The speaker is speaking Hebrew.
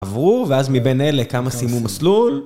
עברו, ואז מבין אלה כמה סיימו מסלול,